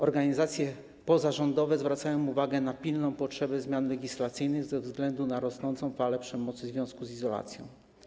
Organizacje pozarządowe zwracają uwagę na pilną potrzebę zmian legislacyjnych ze względu na rosnącą falę przemocy w związku z izolacją.